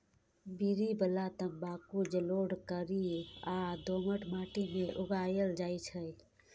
बीड़ी बला तंबाकू जलोढ़, कारी आ दोमट माटि मे उगायल जाइ छै